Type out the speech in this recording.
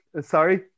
Sorry